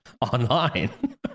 online